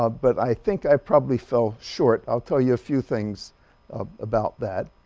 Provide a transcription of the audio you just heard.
ah but i think i probably fell short. i'll tell you a few things about that.